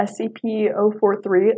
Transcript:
SCP-043